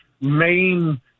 main